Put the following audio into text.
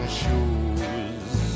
shoes